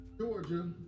Georgia